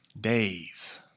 days